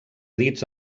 dits